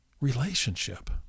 relationship